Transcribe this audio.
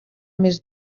més